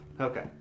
Okay